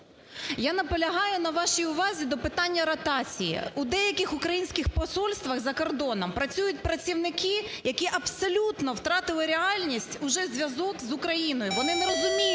Я наполягаю на вашій увазі до питання ротації. У деяких українських посольствах за кордоном працюють працівники, які абсолютно втратили реальність, уже зв'язок з Україною. Вони не розуміють